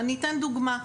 ואני אתן דוגמה,